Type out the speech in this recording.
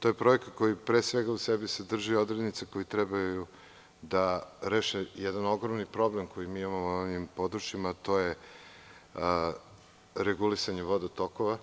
To je projekat, koji pre svega u sebi sadrži odrednice koje trebaju da reše jedan ogroman problem koji mi imamo u vodnim područjima, a to je regulisanje vodotokova,